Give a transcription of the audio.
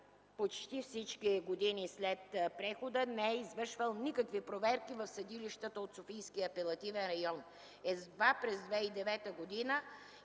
почти всички години след прехода не е извършвал никакви проверки в съдилищата от Софийския апелативен район. Едва през 2009 г.